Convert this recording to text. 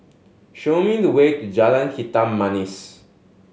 show me the way to Jalan Hitam Manis